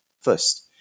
first